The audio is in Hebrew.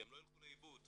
שלא ילכו לאיבוד,